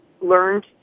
learned